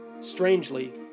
Strangely